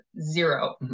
zero